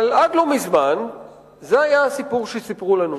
אבל, עד לא מזמן זה היה הסיפור שסיפרו לנו.